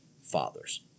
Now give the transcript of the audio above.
fathers